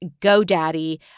GoDaddy